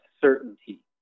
certainty